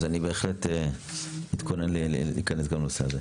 אז אני בהחלט מתכונן להיכנס גם לנושא הזה.